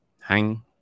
Hang